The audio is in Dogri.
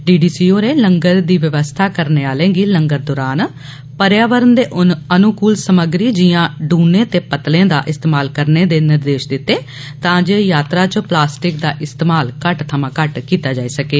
डी डी सी होरें लंगर दी व्यवस्था करने आहले गी लंगर दौरान पर्यावरण दे अनुकल समग्री जियां ड्रनें ते पतलां दा इस्तमाल करने दे निर्देष दित्ते तां जे यात्रा च प्लासटिक दा इस्तेमाल घट्ट थमां घट्ट कीत्ता जाई सकै